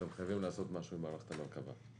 אתם חייבים לעשות משהו עם מערכת המרכב"ה.